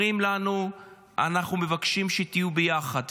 אומרים לנו: אנחנו מבקשים שתהיו ביחד.